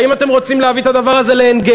האם אתם רוצים להביא את הדבר הזה לעין-גב?